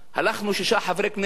לפני חודשיים הלכנו, שישה חברי כנסת,